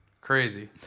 Crazy